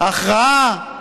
הכרעה,